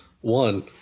One